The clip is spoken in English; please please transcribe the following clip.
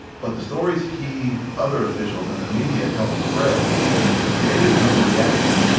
but the stories he, other officials, and the media helped spread created an overreaction.